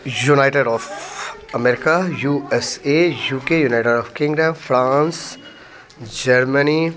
united of America USA UK united of kingdom France Germany